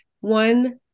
one